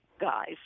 guys